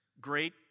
great